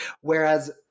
whereas